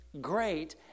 great